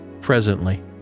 Presently